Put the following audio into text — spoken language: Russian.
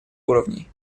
уровней